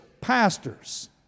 pastors